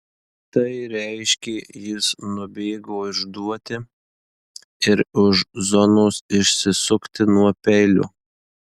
tai reiškė jis nubėgo išduoti ir už zonos išsisukti nuo peilio